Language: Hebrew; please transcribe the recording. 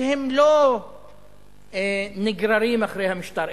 שהם לא נגררים אחרי המשטר,